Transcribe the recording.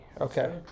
okay